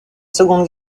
seconde